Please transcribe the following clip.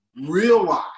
realize